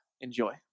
Enjoy